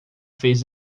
fez